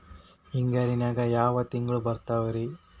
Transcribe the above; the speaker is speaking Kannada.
ಹಿಂಗಾರಿನ್ಯಾಗ ಯಾವ ತಿಂಗ್ಳು ಬರ್ತಾವ ರಿ?